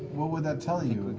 what would that tell you?